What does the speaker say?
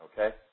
Okay